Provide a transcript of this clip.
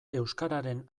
euskararen